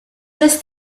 miss